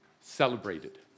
celebrated